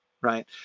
Right